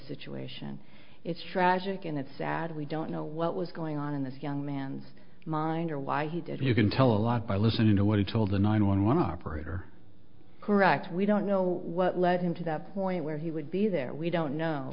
situation it's tragic and it's sad we don't know what was going on in this young man's mind or why he did you can tell a lot by listening to what he told the nine one one operator correct we don't know what led him to the point where he would be there we don't know